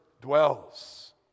dwells